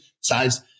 size